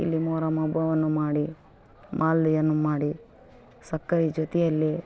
ಇಲ್ಲಿ ಮೊಹರಮ್ ಹಬ್ಬವನ್ನು ಮಾಡಿ ಮಾಲ್ದಿಯನ್ನು ಮಾಡಿ ಸಕ್ಕರೆ ಜೊತೆಯಲ್ಲಿ